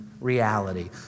reality